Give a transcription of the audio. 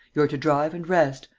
you're to drive and rest,